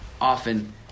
often